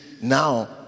now